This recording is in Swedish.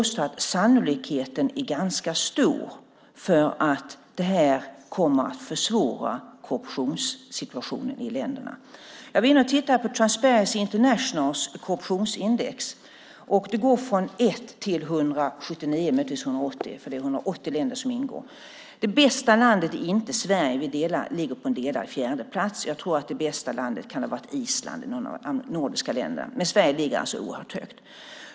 Sannolikheten är därför ganska stor för att detta kommer att försvåra korruptionen i länderna. Jag tittade på Transparency Internationals korruptionsindex, och det går från 1 till 180 - det är 180 länder som ingår. Det bästa landet är inte Sverige, som ligger på en delad fjärdeplats. Jag tror att det bästa landet är Island, eller något annat av de nordiska länderna, men Sverige ligger alltså oerhört högt.